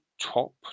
top